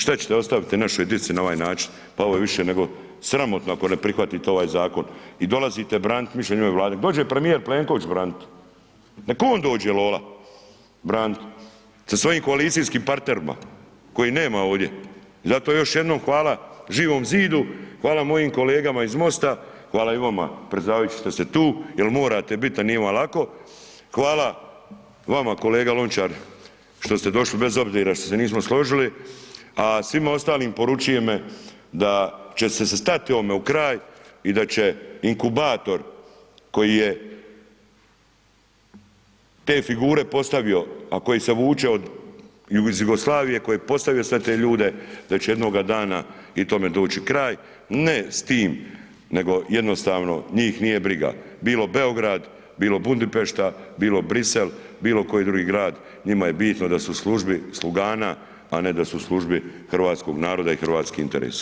Šta ćete ostaviti našoj djeci na ovaj način? pa ovo je više nego sramotno ako ne prihvatite ovaj zakon i dolazite braniti mišljenje ove Vlade, nek dođe premijer Plenković branit, nek on dođe, lola branit, sa svojim koalicijskim partnerima kojih nema ovdje i zato još jednom hvala Živom zidu, hvala mojim kolegama iz MOST-a, hvala i vama predsjedavajući što ste tu jer morate biti a nije vam lako, hvala vama kolega Lončar što ste došli bez obzira što se nismo složili a svima ostalim poručujem im da će se stati ovome u kraj i da će inkubator koji je te figure postavio a koji se vuče iz Jugoslavije, koji je postavio sve te ljude, da će jednog dana i tome doći kraj, ne s tim nego jednostavno njih nije briga, bilo Beograd, bilo Budimpešta, bilo Bruxelles, bilokoji drugi grad, njima je bitno da su u uslužni slugana a ne da su u službi hrvatskog naroda i hrvatskih interesa.